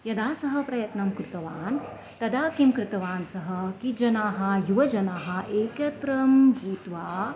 यदा सः प्रयत्नं कृतवान् तदा किं कृतवान् सः किं जनाः युवजनाः एकत्री भूत्वा